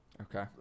Okay